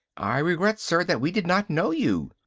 i regret, sir, that we did not know you.